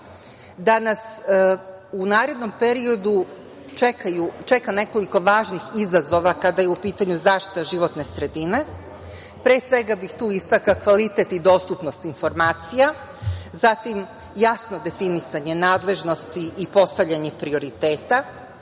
da nas u narednom periodu čeka nekoliko važnih izazova kada je u pitanju zaštita životne sredine, pre svega bi tu istakla kvalitet i dostupnost informacija, zatim, jasno definisanje nadležnosti i postavljanje prioriteta,